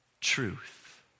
truth